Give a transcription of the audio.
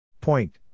Point